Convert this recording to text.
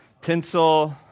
tinsel